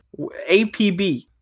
APB